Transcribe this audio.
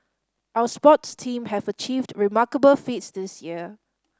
our sports teams have achieved remarkable feats this year